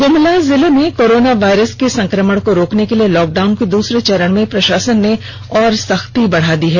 गुमला जिले में corona virus के संक्रमण को रोकने के लिए लॉकडाउन के दूसरे चरण में प्रषासन ने और सख्ती बढ़ा दी है